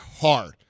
hard